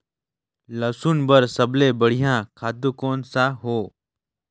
लसुन बार सबले बढ़िया खातु कोन सा हो?